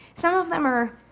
some of them are